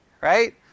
Right